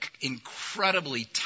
incredibly